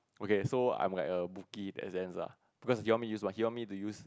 okay so I am like a bookie that sense lah because he tell me he want me to use